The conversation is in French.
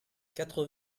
quatre